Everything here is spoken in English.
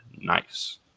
Nice